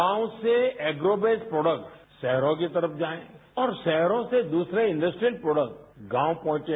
गांव सेएग्रोबेस प्रोडक्ट शहरों की तरफ जाएं और शहरों से दूसरे इंडस्ट्रेट प्रोडक्टगांव पहुंचे